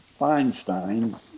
Feinstein